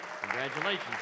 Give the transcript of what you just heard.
Congratulations